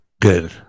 Good